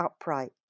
upright